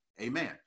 Amen